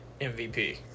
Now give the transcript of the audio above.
MVP